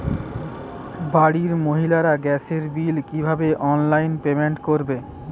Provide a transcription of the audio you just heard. বাড়ির মহিলারা গ্যাসের বিল কি ভাবে অনলাইন পেমেন্ট করবে?